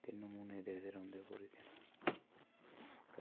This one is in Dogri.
ते मनूने बजदे रौहंदे पूरे दिन